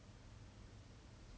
!wah! that's absolute madness leh